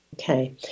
Okay